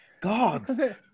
God